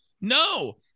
No